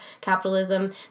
capitalism